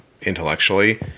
intellectually